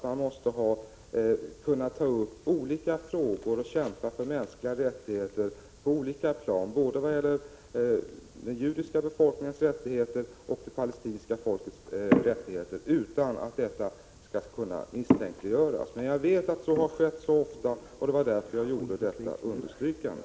Man måste dock kunna ta upp olika frågor och kämpa för mänskliga rättigheter på olika plan, vad gäller både den judiska befolkningens rättigheter och det palestinska folkets rättigheter, utan att detta skall misstänkliggöras. Jag vet att detta ofta har skett, och därför gjorde jag detta understrykande.